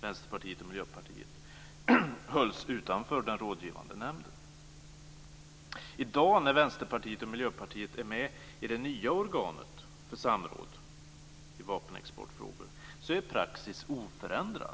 Vänsterpartiet och Miljöpartiet hölls utanför Rådgivande nämnden. I dag, när Vänsterpartiet och Miljöpartiet är med i det nya organet för samråd i vapenexportfrågor, är praxis oförändrad.